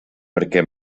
perquè